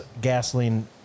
gasoline